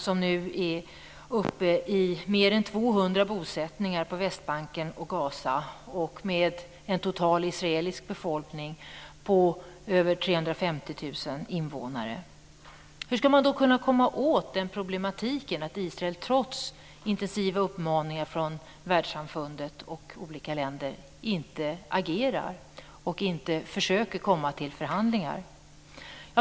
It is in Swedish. Man är nu uppe i mer än 200 bosättningar på Västbanken och Gaza, och det finns en total israelisk befolkning på över 350 000 invånare. Hur skall man då komma åt den här problematiken med att Israel trots intensiva uppmaningar från världssamfundet och olika länder inte agerar och inte försöker komma till förhandlingar?